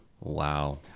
Wow